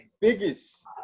biggest